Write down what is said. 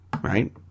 right